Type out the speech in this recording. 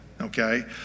okay